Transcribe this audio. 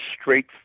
straight